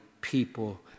people